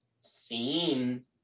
seen